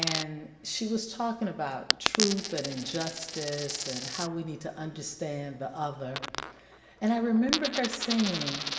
and she was talking about truth and injustice and how we need to understand the other and i remember her saying,